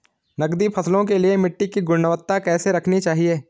नकदी फसलों के लिए मिट्टी की गुणवत्ता कैसी रखनी चाहिए?